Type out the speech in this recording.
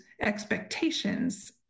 expectations